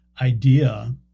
idea